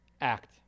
act